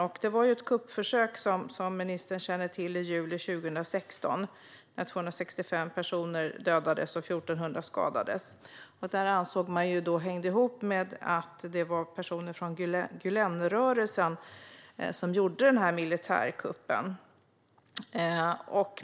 Som ministern känner till skedde ett kuppförsök i juli 2016 då 265 personer dödades och 1 400 skadades. Man ansåg att personer från Gülenrörelsen låg bakom militärkuppen.